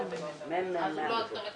אז הוא לא הכתובת